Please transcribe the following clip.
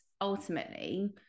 ultimately